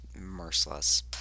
merciless